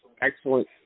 excellent